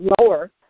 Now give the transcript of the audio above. lower